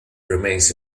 remains